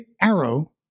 arrow